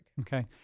Okay